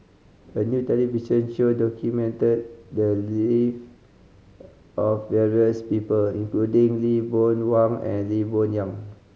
a new television show documented the live of various people including Lee Boon Wang and Lee Boon Yang